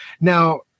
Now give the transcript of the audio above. Now